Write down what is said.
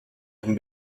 can